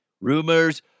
Rumors